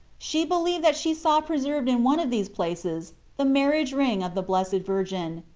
she believed that she saw preserved in one of these places the marriage ring of the blessed virgin,